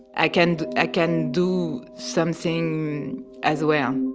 i can ah can do something as well